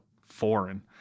foreign